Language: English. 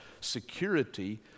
security